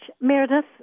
Meredith